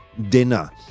dinner